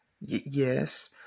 Yes